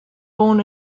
born